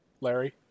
Larry